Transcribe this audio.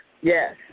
Yes